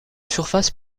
surface